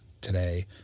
today